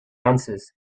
answers